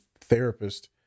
therapist